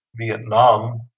Vietnam